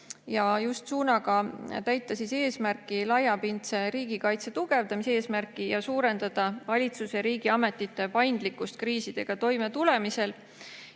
just suunaga täita laiapindse riigikaitse tugevdamise eesmärki ning suurendada valitsuse ja riigiametite paindlikkust kriisidega toimetulemisel.